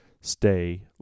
stay